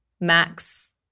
Max